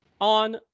on